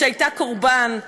שהייתה קורבן,